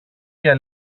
για